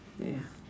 ya